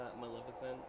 Maleficent